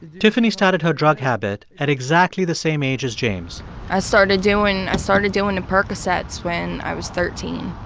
tiffany started her drug habit at exactly the same age as james i started doing i started doing the percocets when i was thirteen.